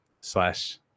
slash